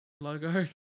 logo